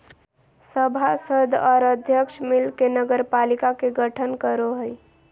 सभासद और अध्यक्ष मिल के नगरपालिका के गठन करो हइ